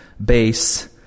base